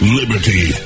liberty